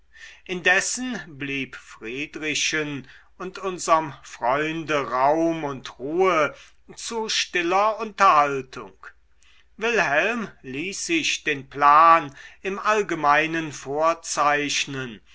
indessen blieb friedrichen und unserm freunde raum und ruhe zu stiller unterhaltung wilhelm ließ sich den plan im allgemeinen vorzeichnen